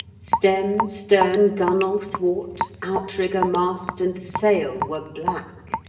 stem, stern, gunwale, thwart, outrigger, mast and sail were black.